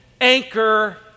anchor